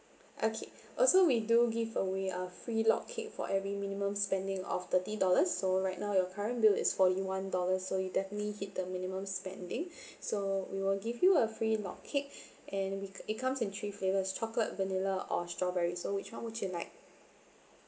okay also we do give away a free log cake for every minimum spending of thirty dollars so right now your current bill is forty one dollar so you definitely hit the minimum spending so we will give you a free log cake and it c~ it comes in three flavors chocolate vanilla or strawberries so which [one] would you like